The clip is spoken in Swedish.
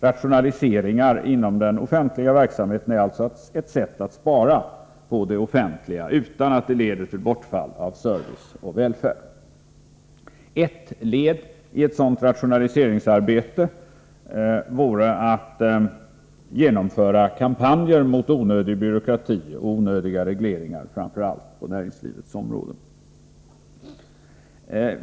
Rationaliseringar inom den offentliga verksamheten är alltså ett sätt att spara på det offentliga utan att det leder till bortfall av service och välfärd. Ett led i ett sådant rationaliseringsarbete vore att genomföra kampanjer mot onödig byråkrati och onödiga regleringar, framför allt på näringslivets område.